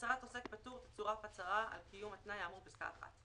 להצהרת עוסק פטור תצורף הצהרה על קיום התנאי האמור בפסקה (1).